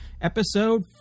Episode